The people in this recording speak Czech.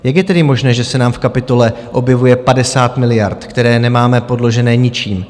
Jak je tedy možné, že se nám v kapitole objevuje 50 miliard, které nemáme podložené ničím?